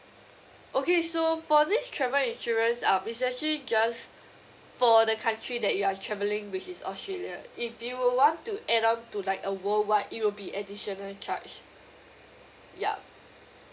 okay so for this travel insurance um it's actually just for the country that you are travelling which is australia if you want to add on to like uh worldwide it will be additional charge yup